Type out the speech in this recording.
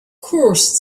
course